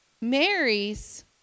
Mary's